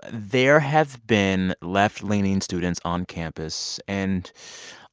but there have been left-leaning students on campus and